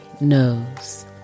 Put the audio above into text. knows